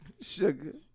Sugar